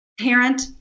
parent